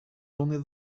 only